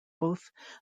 both